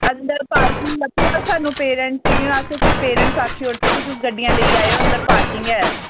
अंदर पार्किंग लब्भी जाह्ग सानू पेरेंट्स दी अस ते पेरेंट्स आखी ओड़गे तुस गड्डियां लेइयै आई जाएओ अंदर पार्किंग ऐ